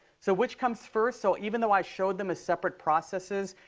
so which comes first? so even though i showed them as separate processes,